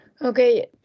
Okay